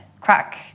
crack